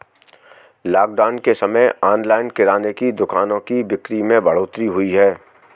lockdown के समय online किराने की दुकानों की बिक्री में बढ़ोतरी हुई है